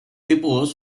depots